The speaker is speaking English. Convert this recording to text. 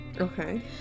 Okay